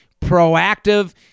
proactive